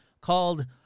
called